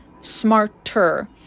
smarter